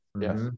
Yes